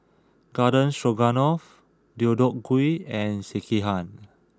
Garden Stroganoff Deodeok Gui and Sekihan